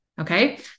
Okay